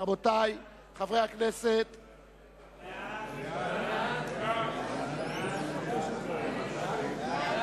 הודעת ועדת החוץ והביטחון על